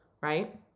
right